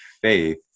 faith